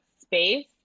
space